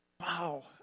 Wow